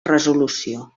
resolució